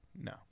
No